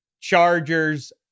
Chargers